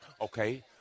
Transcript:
Okay